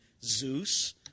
Zeus